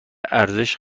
ارزش